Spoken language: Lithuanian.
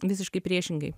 visiškai priešingai